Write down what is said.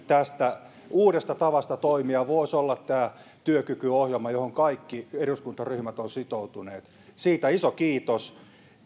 tästä uudesta tavasta toimia voisi olla tämä työkykyohjelma johon kaikki eduskuntaryhmät ovat sitoutuneet siitä iso kiitos